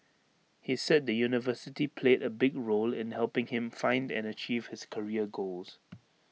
he said the university played A big role in helping him find and achieve his career goals